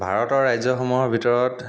ভাৰতৰ ৰাজ্যসমূহৰ ভিতৰত